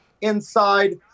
inside